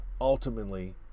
ultimately